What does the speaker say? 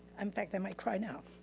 um fact, i might cry now.